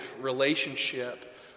relationship